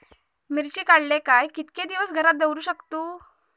मिर्ची काडले काय कीतके दिवस घरात दवरुक शकतू?